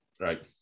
right